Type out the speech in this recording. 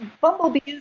bumblebees